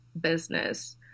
business